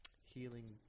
healing